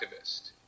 activist